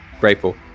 grateful